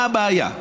מה הבעיה?